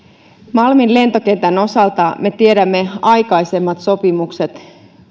malmin lentokentän osalta me tiedämme aikaisemmat sopimukset